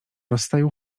rozstaju